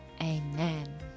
amen